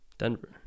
Denver